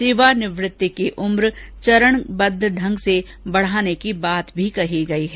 सेवानिवृत्ति की उम्र चरणबद्व ढंग से बढ़ाने की बात भी कही गई है